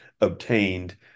obtained